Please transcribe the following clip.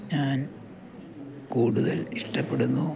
ഞാൻ കൂടുതൽ ഇഷ്ടപ്പെടുന്നു